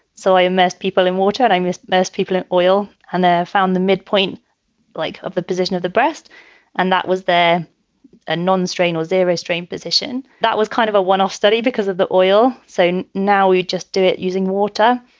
so i met people in water. i missed most people in oil and they found the midpoint like of the position of the breast and that was there a non-stranger zero strain position that was kind of a one off study because of the oil so now you just do it using water.